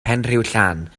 penrhiwllan